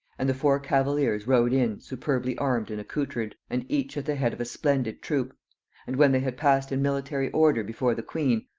and the four cavaliers rode in superbly armed and accoutred, and each at the head of a splendid troop and when they had passed in military order before the queen,